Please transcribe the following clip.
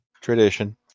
tradition